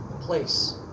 place